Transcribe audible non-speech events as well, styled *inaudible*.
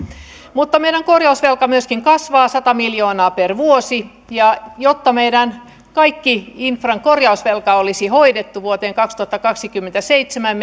mutta meidän korjausvelka myöskin kasvaa sata miljoonaa per vuosi ja jotta meidän kaikki infran korjausvelka olisi hoidettu vuoteen kaksituhattakaksikymmentäseitsemän *unintelligible*